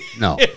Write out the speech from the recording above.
No